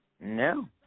No